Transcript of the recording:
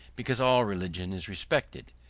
because all religion is respected,